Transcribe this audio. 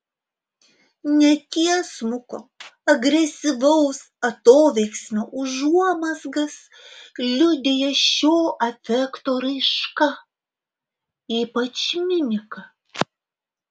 netiesmuko agresyvaus atoveiksmio užuomazgas liudija šio afekto raiška ypač mimika